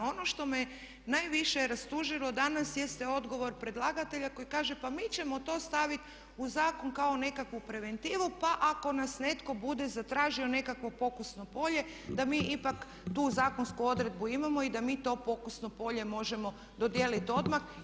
No, ono što me najviše rastužilo danas jeste odgovor predlagatelja koji kaže pa mi ćemo to staviti u zakon kao nekakvu preventivu pa ako nas netko bude zatražio nekakvo pokusno polje da mi ipak tu zakonsku odredbu imamo i da mi to pokusno polje možemo dodijeliti odmah.